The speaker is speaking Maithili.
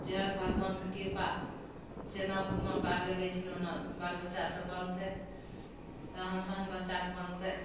जेहेन भगवानके कृपा जेना भगवान पार लगेथिन ओना बाल बच्चा सब बनतइ रहन सहन बच्चाके बनतै